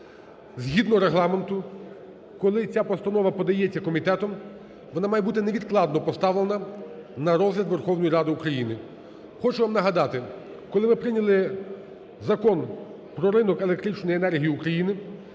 Згідно Регламенту, коли ця постанова подається комітетом, вона має бути невідкладно поставлена на розгляд Верховної Ради України. Хочу вам нагадати, коли ми прийняли Закон про ринок електричної енергії України,